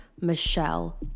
Michelle